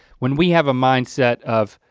when we have a mindset of,